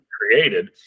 created